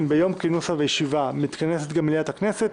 ביום כינוס הישיבה מתכנסת גם מליאת הכנסת,